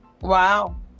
wow